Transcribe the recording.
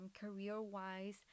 career-wise